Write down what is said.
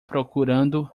procurando